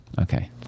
Okay